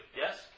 yes